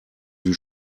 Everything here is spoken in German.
die